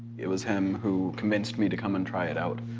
it was him who convinced me to come and try it out.